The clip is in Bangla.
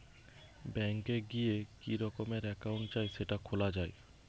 ব্যাঙ্ক এ গিয়ে কি রকমের একাউন্ট চাই সেটা খোলা যায়